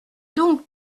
donc